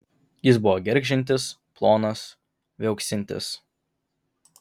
jis buvo gergždžiantis plonas viauksintis